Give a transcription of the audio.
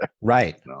Right